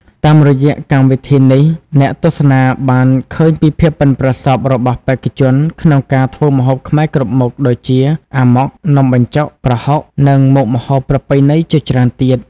តាមរយៈកម្មវិធីនេះ អ្នកទស្សនាបានឃើញពីភាពប៉ិនប្រសប់របស់បេក្ខជនក្នុងការធ្វើម្ហូបខ្មែរគ្រប់មុខ ដូចជា អាម៉ុក នំបញ្ចុក ប្រហុក និងមុខម្ហូបប្រពៃណីជាច្រើនទៀត។